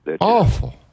Awful